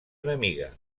enemiga